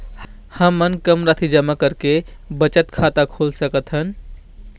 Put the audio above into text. हमन कम राशि जमा करके बचत खाता खोल सकथन?